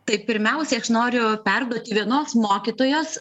tai pirmiausiai aš noriu perduoti vienos mokytojos